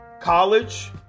college